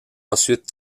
ensuite